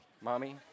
mommy